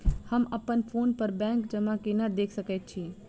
हम अप्पन फोन पर बैंक जमा केना देख सकै छी?